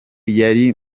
yari